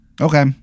Okay